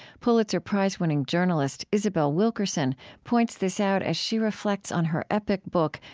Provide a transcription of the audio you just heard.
pulitzer prize-winning journalist isabel wilkerson points this out as she reflects on her epic book,